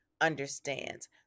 understands